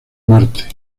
marte